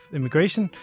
Immigration